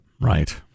Right